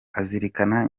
azirikana